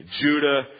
Judah